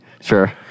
Sure